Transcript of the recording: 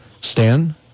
Stan